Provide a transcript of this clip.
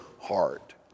heart